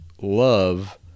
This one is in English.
love